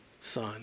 son